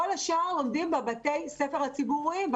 כל השאר לומדים בבתי הספר הציבוריים.